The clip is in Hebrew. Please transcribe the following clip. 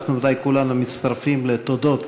אנחנו בוודאי, כולנו, מצטרפים לתודות